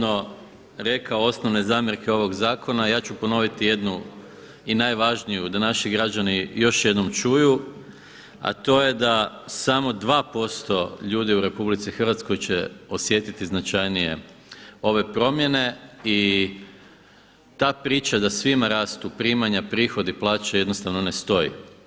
Kolega Grčić je uvodno rekao osnovne zamjerke ovog zakona a ja ću ponoviti jednu i najvažniju da naši građani još jednom čuju a to je da samo 2% ljudi u RH će osjetiti značajnije ove promjene i ta priča da svima rastu primanja, prihodi, plaće jednostavno ne stoji.